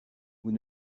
vous